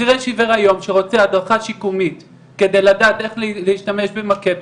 חירש עיוור היום שרוצה הדרכה שיקומית כדי לדעת איך להשתמש במקל,